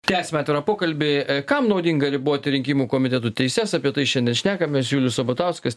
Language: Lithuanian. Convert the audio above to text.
tęsiame atvirą pokalbį kam naudinga riboti rinkimų komitetų teises apie tai šiandien šnekamės julius sabatauskas